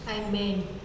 Amen